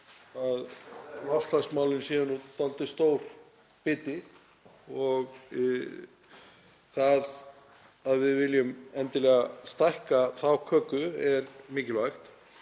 að loftslagsmálin séu dálítið stór biti og það að við viljum endilega stækka þá köku er mikilvægt.